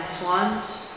swans